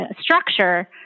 structure